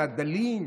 מהדלים,